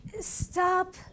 Stop